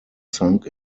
sunk